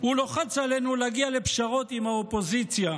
הוא לוחץ עלינו להגיע לפשרות עם האופוזיציה.